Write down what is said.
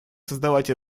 создавать